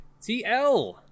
TL